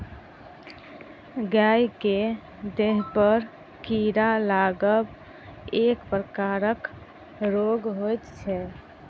गाय के देहपर कीड़ा लागब एक प्रकारक रोग होइत छै